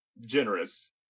generous